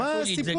עשו לי את זה גם.